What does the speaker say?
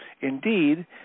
Indeed